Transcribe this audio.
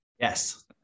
yes